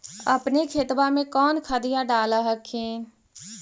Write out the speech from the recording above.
अपने खेतबा मे कौन खदिया डाल हखिन?